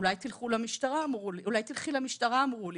אולי תלכי למשטרה?" אמרו לי,